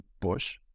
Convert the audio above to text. bush